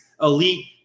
elite